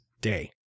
day